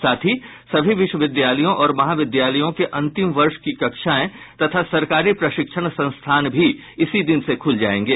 साथ ही सभी विश्वविद्यालयों और महाविद्यालयों के अंतिम वर्ष की कक्षाएं तथा सरकारी प्रशिक्षण संस्थान भी इसी दिन से खुल जायेंगे